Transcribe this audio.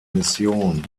mission